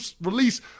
release